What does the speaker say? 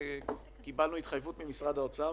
קיבלנו התחייבות ממשרד האוצר